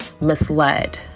misled